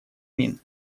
мин